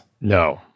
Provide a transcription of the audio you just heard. No